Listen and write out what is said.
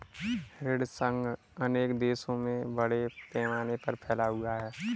ऋण संघ अनेक देशों में बड़े पैमाने पर फैला हुआ है